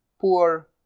poor